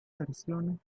versiones